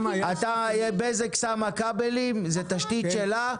בזק שמה כבלים, זה תשתית שלה,